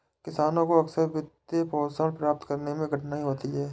किसानों को अक्सर वित्तपोषण प्राप्त करने में कठिनाई होती है